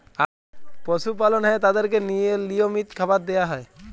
পশু পালল হ্যয় তাদেরকে লিয়মিত খাবার দিয়া হ্যয়